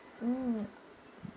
mm